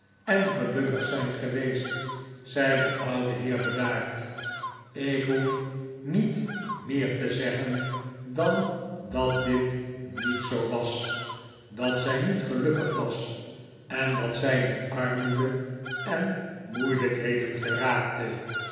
en genikolaas nickleby lukkig zijn geweest zei de oude heer bedaard ik hoef niet meer te zeggen dan dat dit niet zoo was dat zij niet gelukkig was en dat zij in armoede en moeilijkheden geraakte